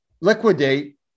liquidate